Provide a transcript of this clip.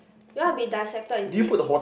you want to be dissected is it